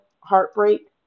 heartbreak